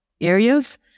areas